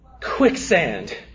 quicksand